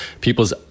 people's